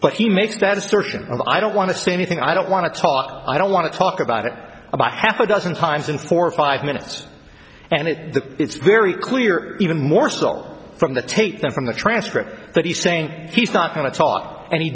but he makes that assertion of i don't want to say anything i don't want to talk about i don't want to talk about it about half a dozen times in four or five minutes and it that it's very clear even more so from the take them from the transcript that he's saying he's not going to talk and he